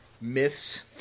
myths